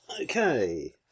Okay